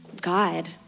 God